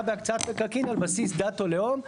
בהקצאת מקרקעין על בסיס דת או לאום.